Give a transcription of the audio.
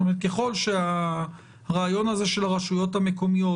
ככל שהרעיון הזה של הרשויות המקומיות,